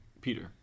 peter